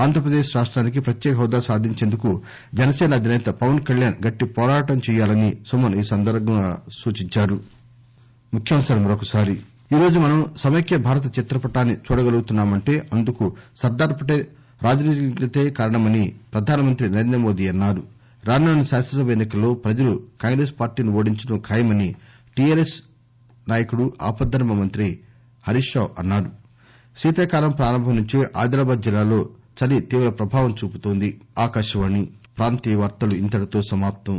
ఆంధ్రప్రదేశ్ రాష్ట్రానికి ప్రత్యేక హెహదా సాధించేందుకు జనసేన అధినేత పవన్కళ్యాణ్ గట్లి పోరాటం చేయాలని సుమన్ సూచించారు